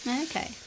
okay